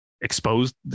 exposed